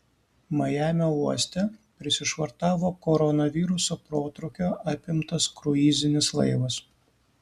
majamio uoste prisišvartavo koronaviruso protrūkio apimtas kruizinis laivas